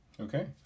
Okay